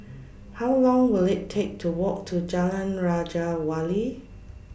How Long Will IT Take to Walk to Jalan Raja Wali